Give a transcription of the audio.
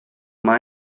mae